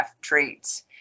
treats